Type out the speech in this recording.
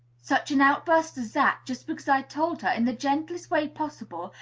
such an outburst as that, just because i told her, in the gentlest way possible,